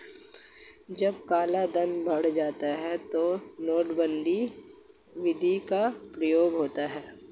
जब कालाधन बढ़ जाता है तब नोटबंदी विधि का प्रयोग होता है